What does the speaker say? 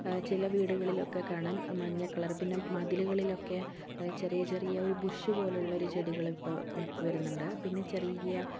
ചില വീടുകളിലൊക്കെ കാണാം മഞ്ഞക്കളറ് പിന്നെ മതിലുകളിലൊക്കെ ചെറിയ ചെറിയ ഒരു ബുഷ് പോലുള്ളൊരു ചെടികള് ഇപ്പം വരുന്നുണ്ട് പിന്നെ ചെറിയ